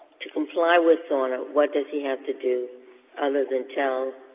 to comply with sorna. what does he have to do other than tell